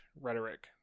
rhetoric